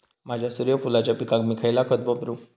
माझ्या सूर्यफुलाच्या पिकाक मी खयला खत वापरू?